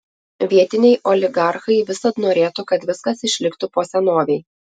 vietiniai oligarchai visad norėtų kad viskas išliktų po senovei